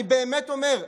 אני באמת אומר.